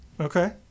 Okay